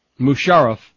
Musharraf